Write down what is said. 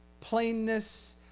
plainness